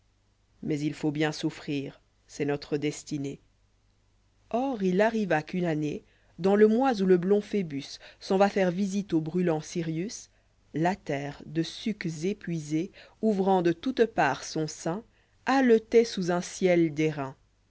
mais il faut bien souffrir c'est notre destinée or il arriva qu'une année dans le mois où le blond phébuss'en va faire visita au brûlait sirius la terre de sués épuisée ouvrant de toutes parts son sein haletoit sous un ciel d'airain